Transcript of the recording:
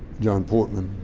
john portman.